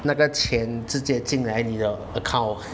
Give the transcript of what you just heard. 那个钱直接进来你的 account